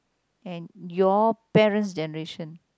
and your parents' generation